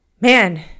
man